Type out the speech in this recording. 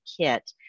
kit